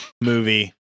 movie